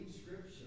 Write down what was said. scripture